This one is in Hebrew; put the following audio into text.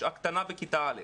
הקטנה בכיתה א'.